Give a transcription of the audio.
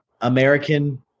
american